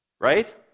right